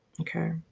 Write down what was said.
okay